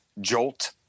Jolt